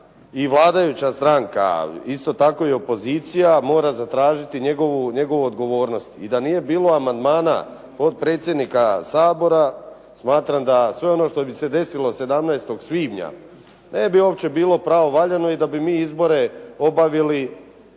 i vladajuća stranka, isto tako i opozicija mora zatražiti njegovu odgovornost. I da nije bilo amandmana potpredsjednika Sabora smatram da sve ono što bi se desilo 17. svibnja ne bi uopće bilo pravovaljano i da bi mi izbore obavili mimio